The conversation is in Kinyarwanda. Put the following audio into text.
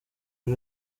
uri